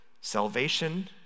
salvation